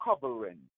covering